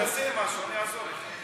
תנסה משהו, אני אעזור לך.